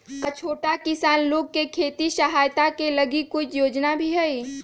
का छोटा किसान लोग के खेती सहायता के लगी कोई योजना भी हई?